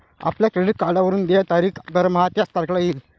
आपल्या क्रेडिट कार्डवरून देय तारीख दरमहा त्याच तारखेला येईल